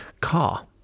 car